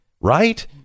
right